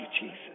Jesus